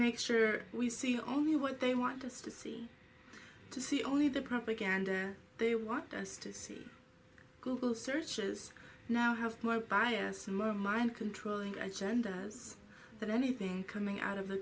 make sure we see only what they want us to see to see only the propaganda they want us to see google searches now have more bias my mind controlling agendas than anything coming out of the